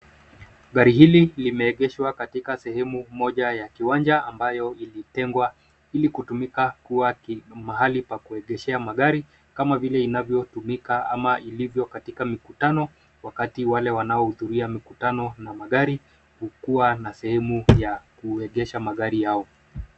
Gari hili limeegeshwa katika sehemu moja ya kiwanja ambayo ilitengwa ili kutumika kuwa mahali pa kuegeshea magari, kama vile inavyotumika ama ilivyo katika mikutano wakati wale wanaohudhuria mikutano na magari hukua na sehemu ya kuegesha magari yao.